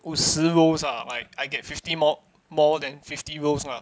五十 roles are like I get fifty more more than fifty roles lah